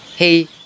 Hey